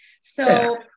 So-